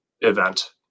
event